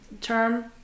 term